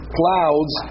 clouds